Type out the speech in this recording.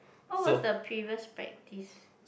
what was the previous practice